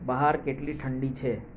બહાર કેટલી ઠંડી છે